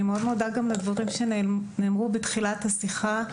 אני מאוד מודה על הדברים שנאמרו בתחילת השיחה,